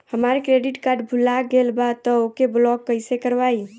हमार credit card भुला गएल बा त ओके ब्लॉक कइसे करवाई?